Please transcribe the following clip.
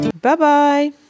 Bye-bye